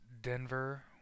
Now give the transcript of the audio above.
denver